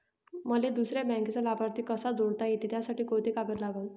मले दुसऱ्या बँकेचा लाभार्थी कसा जोडता येते, त्यासाठी कोंते कागद लागन?